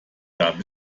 gab